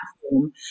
platform